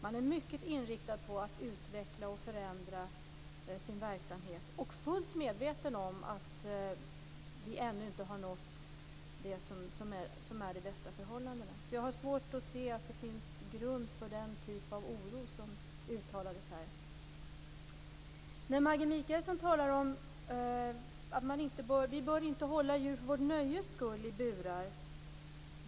Man är mycket inriktad på att utveckla och förändra sin verksamhet och fullt medveten om att vi ännu inte har nått de bästa förhållandena. Jag har svårt att se att det finns grund för den typ av oro som uttalades här. Maggi Mikaelsson talar om att vi inte bör hålla djur för vårt nöjes skull i burar.